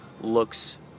looks